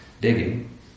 digging